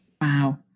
Wow